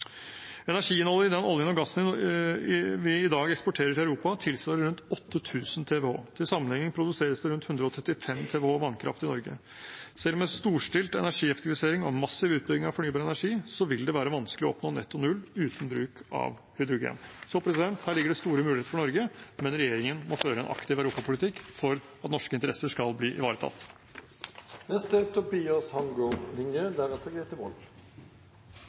i oljen og gassen vi i dag eksporterer til Europa, tilsvarer rundt 8 000 TWh. Til sammenligning produseres det rundt 135 TWh vannkraft i Norge. Selv med storstilt energieffektivisering og massiv utbygging av fornybar energi vil det være vanskelig å oppnå netto null uten bruk av hydrogen. Så her ligger det store muligheter for Norge, men regjeringen må føre en aktiv europapolitikk for at norske interesser skal bli ivaretatt.